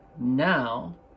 now